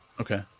Okay